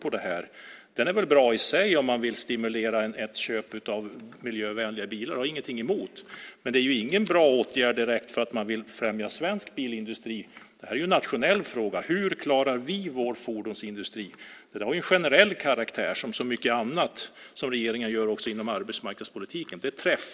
Miljöbilspremien i sig är väl bra om man vill stimulera till köp av miljövänligare bilar - det har jag inget emot - men det är inte direkt en bra åtgärd för att främja svensk bilindustri. Hur vi klarar vår fordonsindustri är en nationell fråga. Detta liksom så mycket annat som regeringen gör inom arbetsmarknadspolitiken har dock generell karaktär.